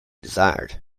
desired